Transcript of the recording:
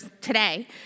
today